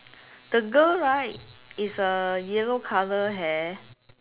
the girl right is a yellow colour hair